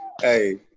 hey